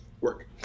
Work